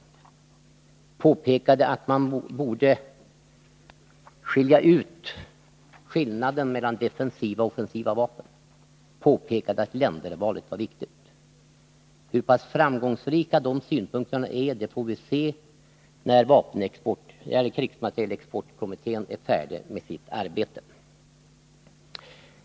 Jag påpekade att man borde markera skillnaden mellan defensiva och offensiva vapen och att ländervalet var viktigt. Hur stor framgång de synpunkterna vunnit får vi se när krigsmaterielexportkommittén är färdig med sitt arbete.